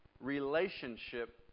relationship